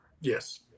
Yes